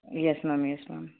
yes ma'am yes ma'am